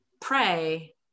pray